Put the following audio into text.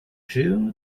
jew